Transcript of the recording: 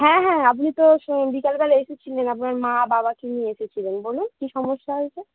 হ্যাঁ হ্যাঁ হ্যাঁ আপনি তো বিকেলবেলা এসেছিলেন আপনার মা বাবাকে নিয়ে এসেছিলেন বলুন কী সমস্যা হয়েছে